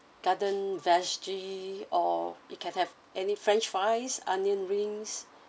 garden veggie or you can have any french fries onion rings